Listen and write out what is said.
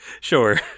Sure